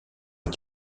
est